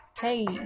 Hey